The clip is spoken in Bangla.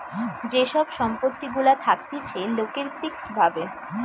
যে সব সম্পত্তি গুলা থাকতিছে লোকের ফিক্সড ভাবে